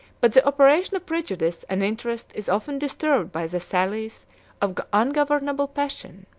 but the operation of prejudice and interest is often disturbed by the sallies of ungovernable passion